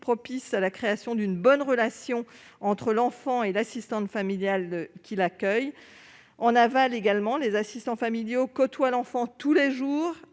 difficile de créer une bonne relation entre l'enfant et l'assistante familiale qui l'accueille. En aval, les assistants familiaux côtoient l'enfant tous les jours.